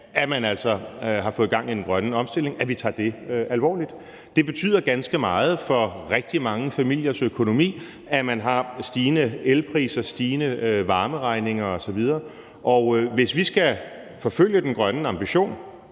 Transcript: at man altså har fået gang i den grønne omstilling, alvorligt. Det betyder ganske meget for rigtig mange familiers økonomi, at man har stigende elpriser, stigende varmeregninger osv., og hvis vi skal forfølge den grønne ambition,